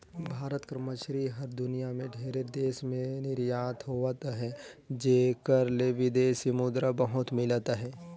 भारत कर मछरी हर दुनियां में ढेरे देस में निरयात होवत अहे जेकर ले बिदेसी मुद्रा बहुत मिलत अहे